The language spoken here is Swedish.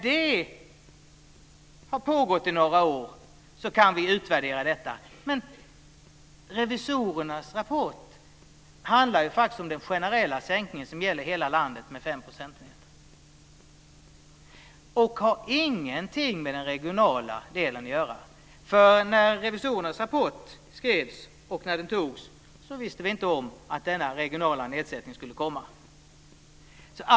När det har pågått i några år kan man utvärdera detta. Men revisorernas rapport handlar om den generella sänkning som gäller i hela landet med 5 procentenheter. Detta har ingenting med den regionala delen att göra. När revisorernas rapport skrevs och antogs visste vi inte om att denna regionala nedsättning skulle komma.